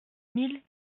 mille